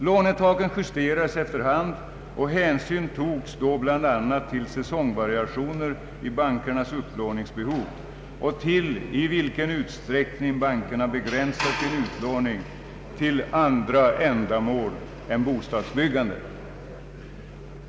Lånetaken justerades efter hand, och hänsyn togs då bl.a. till säsongvariationer i bankernas upplåningsbehov och till i vilken utsträckning bankerna begränsat sin utlåning till andra ändamål än bostadsbyggande.